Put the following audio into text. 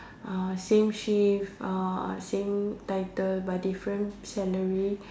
uh same shift uh same title but different salary